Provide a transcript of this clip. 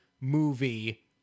movie